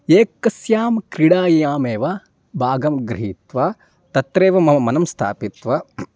एकस्यां क्रीडायाम् एव भागं गृहीत्वा तत्रैव मम मनः स्थापयित्वा